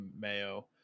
mayo